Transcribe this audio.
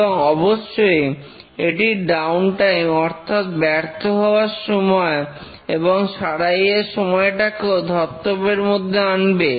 এবং অবশ্যই এটি ডাউন টাইম অর্থাৎ ব্যর্থ হওয়ার সময় এবং সারাইয়ের সময়টাকেও ধর্তব্যের মধ্যে আনবে